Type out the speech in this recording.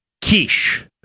quiche